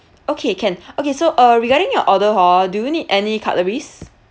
okay can okay so uh regarding your order hor do you need any cutleries